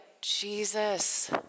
Jesus